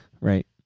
Right